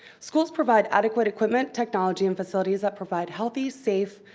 schools provide adequate equipment, technology, and facilities that provide healthy, safe,